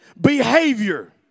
behavior